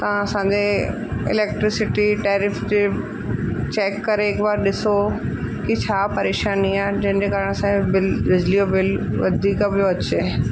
तहां असांजे electricity tariff जे चेक करे हिकु बार ॾिसो की छा परेशानी आहे जंहिं जे कारणु असांजो बिल बिजलीअ जो बिल वधीक पियो अचे